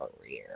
career